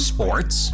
Sports